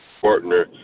partner